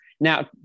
now